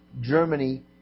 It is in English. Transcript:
Germany